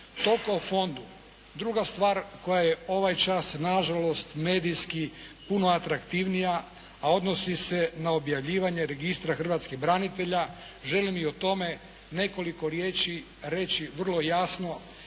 Toliko o Fondu. Druga stvar koja je ovaj čas, nažalost, medijski puno atraktivnija a odnosi se na objavljivanje registra hrvatskih branitelja, želim i o tome nekoliko riječi reći vrlo jasno